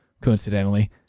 coincidentally